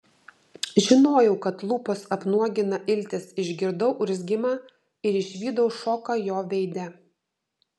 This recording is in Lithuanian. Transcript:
žinojau kad lūpos apnuogina iltis išgirdau urzgimą ir išvydau šoką jo veide